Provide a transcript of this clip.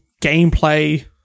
gameplay